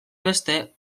beste